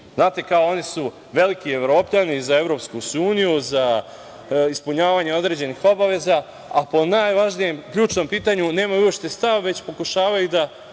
Znate, kao, oni su veliki Evropljani, za EU, za ispunjavanje određenih obaveza, a po najvažnijem ključnom pitanju nemaju uopšte stav, već pokušavaju da